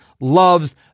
loves